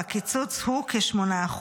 והקיצוץ הוא כ-8%.